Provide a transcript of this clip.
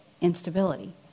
instability